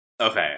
okay